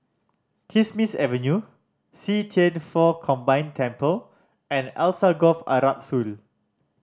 Kismis Avenue See Thian Foh Combined Temple and Alsagoff Arab School